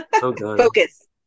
focus